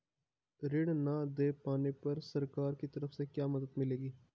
ऋण न दें पाने पर सरकार की तरफ से क्या मदद मिलेगी?